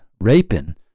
raping